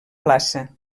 plaça